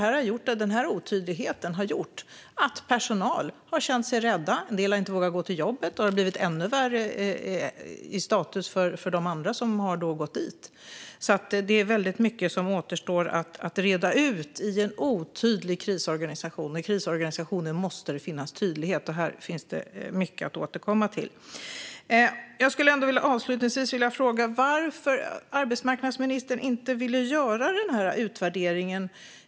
Denna otydlighet har gjort att personal har känt sig rädd. En del har inte vågat gå till jobbet, och då har det blivit ännu värre för de andra som har gått dit. Det är väldigt mycket som återstår att reda ut i en otydlig krisorganisation. I krisorganisationer måste det finnas tydlighet, och här finns det mycket att återkomma till. Jag skulle avslutningsvis vilja fråga varför arbetsmarknadsministern inte ville göra denna utvärdering.